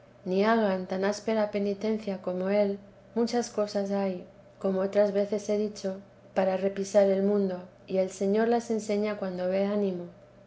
ni hagan tan áspera penitencia como él muchas cosas hay como otras veces lie dicho para repisar el mundo y el señor las enseña cuando ve ánimo